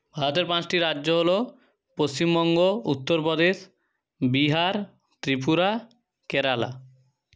ভারতের পাঁচটি রাজ্য হলো পশ্চিমবঙ্গ উত্তর প্রদেশ বিহার ত্রিপুরা কেরালা